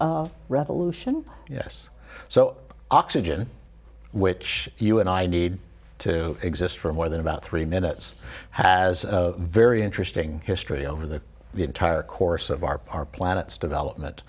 oxygen revolution yes so oxygen which you and i need to exist for more than about three minutes has a very interesting history over the entire course of our planet's development